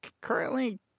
Currently